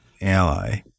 ally